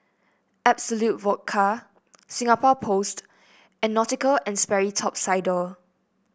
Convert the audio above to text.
Absolut Vodka Singapore Post and Nautica And Sperry Top Sider